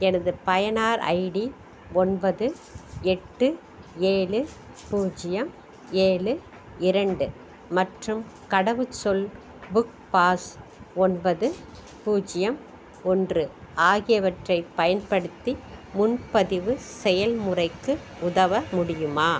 எனது பயனர் ஐடி ஒன்பது எட்டு ஏழு பூஜ்யம் ஏழு இரண்டு மற்றும் கடவுச்சொல் புக் பாஸ் ஒன்பது பூஜ்யம் ஒன்று ஆகியவற்றைப் பயன்படுத்தி முன்பதிவு செயல்முறைக்கு உதவ முடியுமா